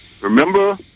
remember